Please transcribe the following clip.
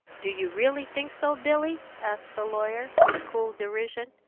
do you really think so, billy? asked the lawyer, with cool derision.